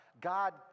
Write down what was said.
God